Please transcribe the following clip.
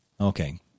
Okay